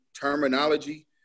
terminology